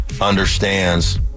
understands